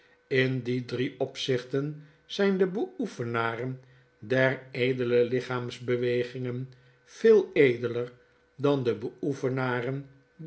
in die drie opzichten zijn de beoefenaren der edele lichaamsbewegingen veel edeler dan de beoefenaren